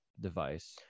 device